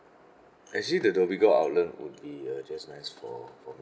actually dhoby ghaut outlet would be uh just nice for for me